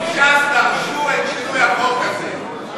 אם ש"ס דרשו את שינוי החוק הזה.